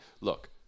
Look